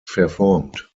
verformt